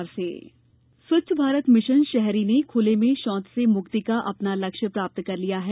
स्वच्छ भारत स्वच्छ भारत मिशन शहरी ने खुले में शौच से मुक्ति का अपना लक्ष्य प्राप्त कर लिया है